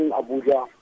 abuja